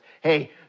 Hey